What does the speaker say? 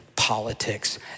politics